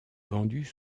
vendus